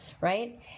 right